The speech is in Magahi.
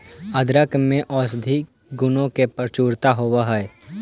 अदरक में औषधीय गुणों की प्रचुरता होवअ हई